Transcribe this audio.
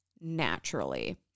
Naturally